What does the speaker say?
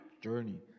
journey